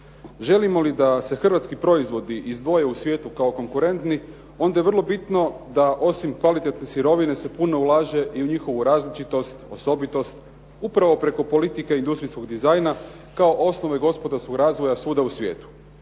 Želimo li da se hrvatski proizvodi izdvoje u svijetu kao konkurentni onda je vrlo bitno da osim kvalitetne sirovine se puno ulaže i u njihovu različitost, osobitost, upravo preko politike industrijskog dizajna, kao osnove gospodarskog razvoja svugdje u svijetu.